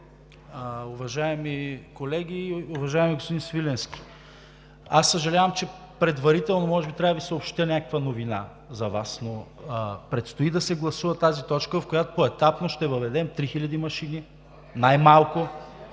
уважаеми колеги! Уважаеми господин Свиленски, аз съжалявам, че може би предварително трябва да Ви съобщя новина, но предстои да се гласува тази точка, в която поетапно ще въведем 3000 машини най-малко